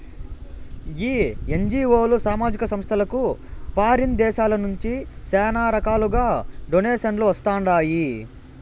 ఈ ఎన్జీఓలు, సామాజిక సంస్థలకు ఫారిన్ దేశాల నుంచి శానా రకాలుగా డొనేషన్లు వస్తండాయి